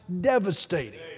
devastating